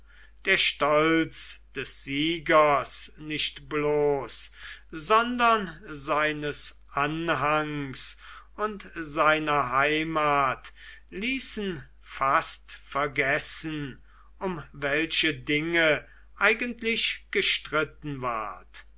der stolz des siegers nicht bloß sondern seines anhangs und seiner heimat ließen fast vergessen um welche dinge eigentlich gestritten ward